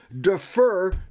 Defer